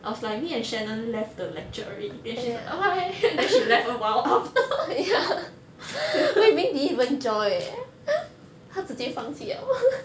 I was like me and shannon left the lecture already then she bye bye then she left awhile after